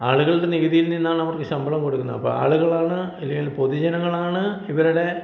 ആളുകളുടെ നികുതിയിൽ നിന്നാണ് അവർക്ക് ശമ്പളം കൊടുക്കുന്നത് അപ്പം ആളുകളാണ് അല്ലെങ്കിൽ പൊതുജനങ്ങളാണ് ഇവരുടെ